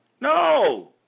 no